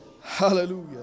Hallelujah